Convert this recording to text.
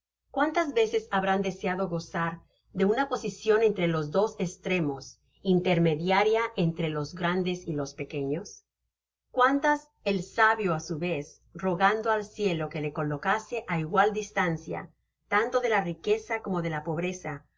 cuántas veces habrán deseado gozar de una posicion entre los dos estreñios intermediaria entre los grandes y los pequeños cuántas el sábio á su vez rogando al cielo que le colocase á igual distancia tanto de la riqueza como de la pobreza ha